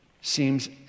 seems